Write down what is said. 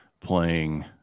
playing